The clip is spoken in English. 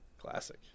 Classic